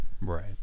right